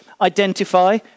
Identify